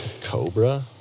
Cobra